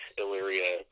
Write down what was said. Illyria